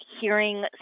hearing